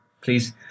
please